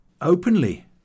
Openly